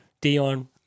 Dion